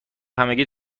همگی